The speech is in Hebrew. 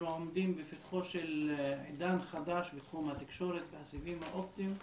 אנחנו עומדים בפתחו של עידן חדש בתחום התקשורת והסיבים האופטיים.